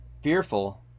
fearful